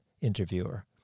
interviewer